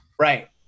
Right